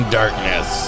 darkness